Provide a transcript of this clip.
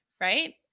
right